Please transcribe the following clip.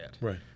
right